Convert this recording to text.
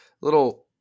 little